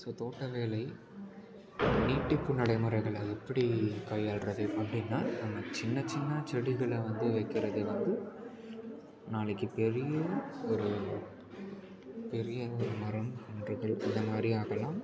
so தோட்ட வேலை வீட்டுக்கு நடைமுறைகளை எப்டி கையாள்வது அப்படின்னா நம்ம சின்ன சின்ன செடிகளை வந்து வெக்கிறது வந்து நாளைக்கு பெரிய ஒரு பெரிய ஒரு மரம் குன்றுகள் அந்த மாதிரி ஆகலாம்